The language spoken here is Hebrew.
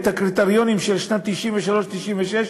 הקריטריונים של 1993 1996,